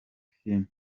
filime